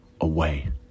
away